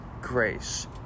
grace